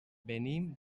venim